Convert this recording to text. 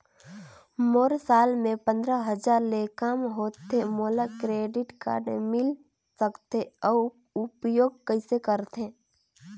मोर साल मे पंद्रह हजार ले काम होथे मोला क्रेडिट कारड मिल सकथे? अउ उपयोग कइसे करथे?